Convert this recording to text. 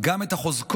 גם את החוזקות